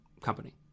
company